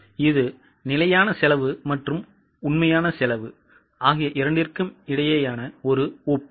இப்போது இது நிலையான மற்றும் உண்மையான ஒப்பீடு